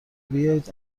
بیایید